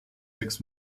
sechs